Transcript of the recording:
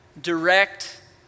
direct